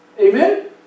amen